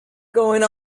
going